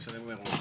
לשלם מראש.